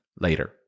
later